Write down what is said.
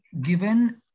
given